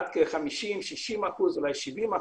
עד כ-50%, 60%, אולי 70%,